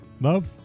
Love